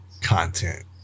content